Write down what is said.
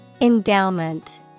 Endowment